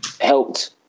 helped